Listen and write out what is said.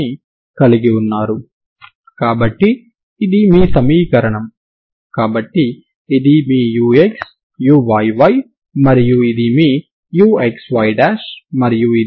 మీరు ప్రారంభ సమాచారం మరియు సరిహద్దు సమాచారం తో తరంగ సమీకరణానికి పరిష్కారాన్ని కలిగి ఉన్నారు సరేనా